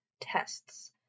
Tests